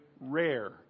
rare